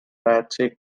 patsy